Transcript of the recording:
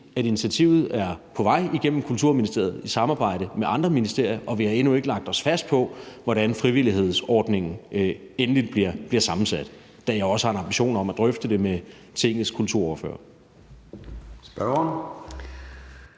at initiativet er på vej igennem Kulturministeriet i samarbejde med andre ministerier, og vi har endnu ikke lagt os fast på, hvordan frivillighedsordningen endeligt bliver sammensat, da jeg også har en ambition om at drøfte det med Tingets kulturordførere.